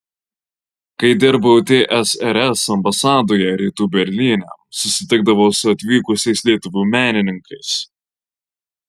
kai dirbau tsrs ambasadoje rytų berlyne susitikdavau su atvykusiais lietuvių menininkais